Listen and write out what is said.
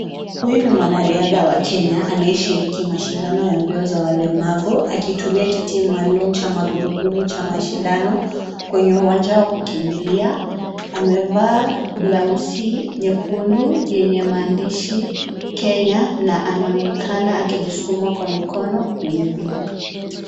Huyu ni mwanariadha wa Kenya anayeshiriki mashindano ya mbio za walemavu akitumia kiti maalum cha magurudumu cha mashindano kwenye uwanja wa kukimbilia, amevaa blausi nyekundu yenye maandishi Kenya na anaonekana akijisukuma kwa mkono kwenye mbio.